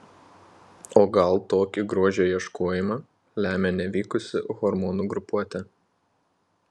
o gal tokį grožio ieškojimą lemia nevykusi hormonų grupuotė